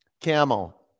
Camel